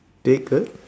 take a